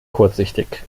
kurzsichtig